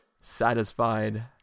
satisfied